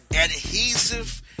adhesive